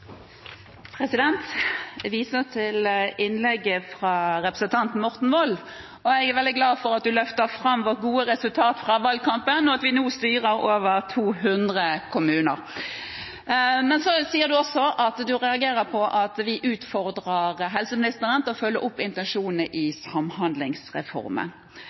veldig glad for at han løftet fram vårt gode resultat fra valgkampen, og at vi nå styrer over 200 kommuner. Men så sier han også at han reagerer på at vi utfordrer helseministeren til å følge opp intensjonene i samhandlingsreformen.